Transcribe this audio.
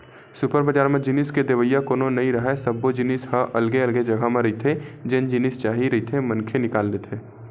super बजार म जिनिस के देवइया कोनो नइ राहय, सब्बो जिनिस ह अलगे अलगे जघा म रहिथे जेन जिनिस चाही रहिथे मनखे निकाल लेथे